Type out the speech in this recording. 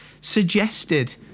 suggested